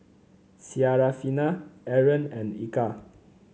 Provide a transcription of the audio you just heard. Syarafina Aaron and Eka